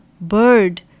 bird